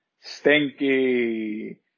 stinky